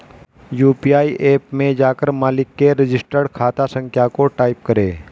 UPI app में जाकर मालिक के रजिस्टर्ड खाता संख्या को टाईप करें